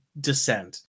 Descent